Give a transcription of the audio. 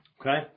Okay